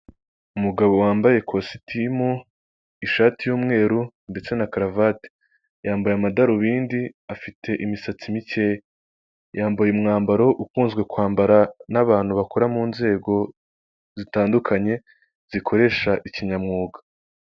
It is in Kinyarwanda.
Umugabo wambaye kositimu, ishati y'umweru ndetse na karavati, yambaye amadarubindi afite imisatsi mikeya, yambaye umwambaro ukunzwe kwambara n'abantu bakora mu nzego zitandukanye zikoresha ikinyamwuga.